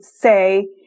say